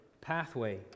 pathway